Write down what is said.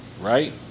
Right